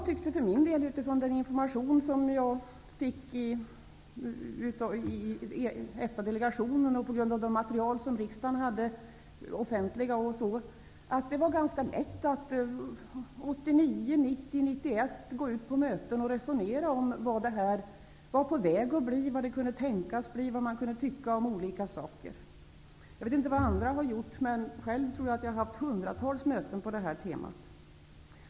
För min del tyckte jag, utifrån den information som jag fick i EFTA-delegationen och i de offentliga riksdagsmaterialen, att det 1989, 1990 och 1991 var ganska lätt att på möten resonera om vad det höll på att bli av det hela och vad man kunde tycka i de olika delarna. Jag vet inte vad andra har gjort, men jag tror att jag själv har jag haft hundratals möten på detta tema.